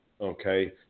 okay